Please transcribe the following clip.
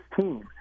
team